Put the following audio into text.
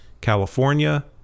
California